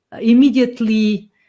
immediately